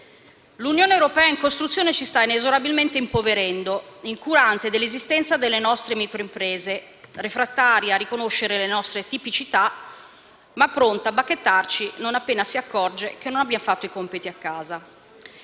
L'Unione europea in costruzione ci sta inesorabilmente impoverendo, incurante dell'esistenza delle nostre microimprese, refrattaria a riconoscere le nostre tipicità, ma pronta a bacchettarci non appena si accorge che non abbiamo fatto i compiti a casa.